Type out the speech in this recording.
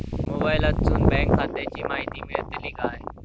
मोबाईलातसून बँक खात्याची माहिती मेळतली काय?